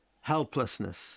helplessness